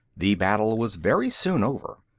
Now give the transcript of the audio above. the battle was very soon over.